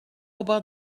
about